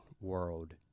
world